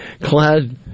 clad